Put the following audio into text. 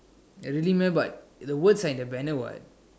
ya really meh but the words are in the banner [what]